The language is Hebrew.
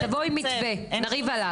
תבואו עם מתווה, נריב עליו.